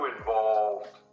involved